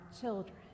children